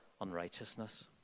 unrighteousness